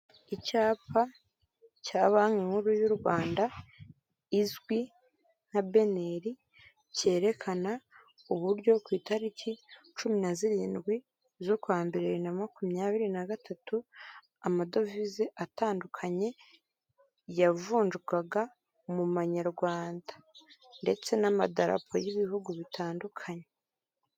Icyapa cya banki nkuru y'u Rwanda izwi nka beneri cyerekana uburyo ku itariki cumi na zirindwi zukwa mbere bibiri na makumyabiri na gatatu, amadovize atandukanye yavunjwaga mumanyarwanda ndetse n'amadarapo y'ibihugu bitandukanye.